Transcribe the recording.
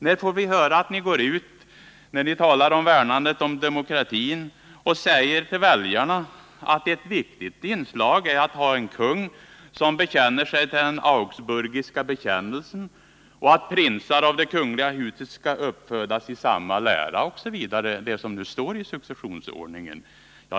När får vi höra er säga till väljarna att ni värnar om demokratin och att ett viktigt inslag i demokratin är att ha en kung av den rena evangeliska läran som den uttrycks i augsburgiska bekännelsen, att prinsar av det kungliga huset skall uppfödas i samma lära, osv.? Det står ju så i successionsordningen.